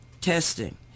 testing